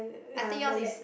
I think yours is